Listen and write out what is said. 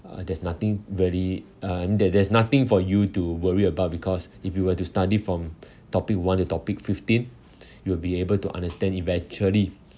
uh there's nothing really uh there there's nothing for you to worry about because if you were to study from topic one to topic fifteen you'll be able to understand eventually